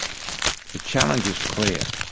the challenge is clear.